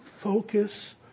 focus